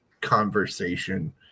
conversation